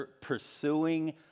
pursuing